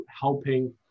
helping